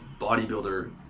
bodybuilder